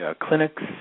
clinics